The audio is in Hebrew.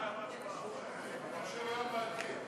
המכשיר לא מעדכן.